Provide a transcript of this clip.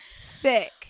Sick